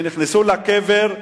שנכנסו לקבר,